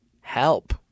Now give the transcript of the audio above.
Help